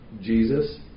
Jesus